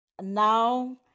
now